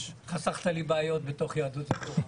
וחסכת לי בעיות בתוך יהדות התורה.